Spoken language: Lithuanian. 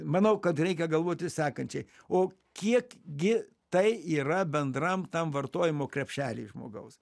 manau kad reikia galvoti sekančiai o kiek gi tai yra bendram tam vartojimo krepšely žmogaus